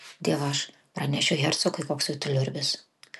dievaž pranešiu hercogui koksai tu liurbis